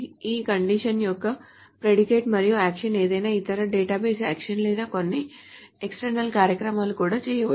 ఈ కండిషన్ ఒక ప్రెడికేట్ మరియు యాక్షన్ ఏదైనా ఇతర డేటాబేస్ యాక్షన్ లేదా కొన్ని ఎక్సటర్నల్ కార్యక్రమాలు కూడా చేయవచ్చు